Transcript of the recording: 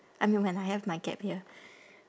I mean when I have my gap year